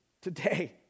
Today